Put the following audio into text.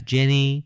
Jenny